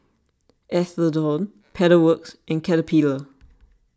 Atherton Pedal Works and Caterpillar